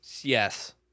Yes